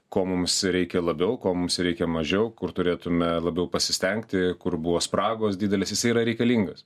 ko mums reikia labiau ko mums reikia mažiau kur turėtume labiau pasistengti kur buvo spragos didelis jisai yra reikalingas